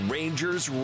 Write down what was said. Rangers